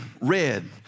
red